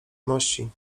mości